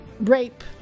rape